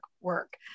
work